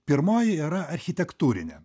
pirmoji yra architektūrinė